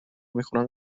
میخونن